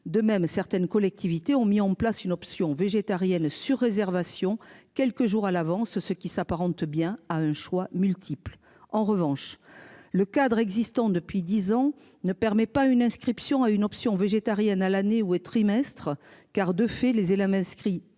de même certaines collectivités ont mis en place une option végétarienne. Surréservation quelques jours à l'avance ce qui s'apparente bien à un choix multiple. En revanche le cadre existant depuis 10 ans ne permet pas une inscription à une option végétarienne à l'année ou au trimestre. Car de fait les Elham inscrit